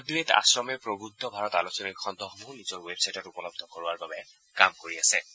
অদ্বেত আশ্ৰমে প্ৰবৃদ্ধ ভাৰত আলোচনীৰ খণ্ডসমূহ নিজৰ ৱেব ছাইটত উপলব্ধ কৰোৱাৰ বাবে কাম কৰি আছে